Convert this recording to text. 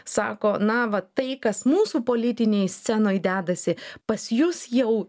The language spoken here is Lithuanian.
sako na va tai kas mūsų politinėj scenoj dedasi pas jus jau